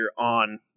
on